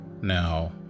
Now